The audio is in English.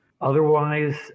Otherwise